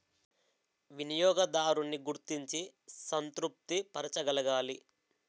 వినియోగదారున్ని గుర్తించి సంతృప్తి పరచగలగాలి